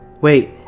wait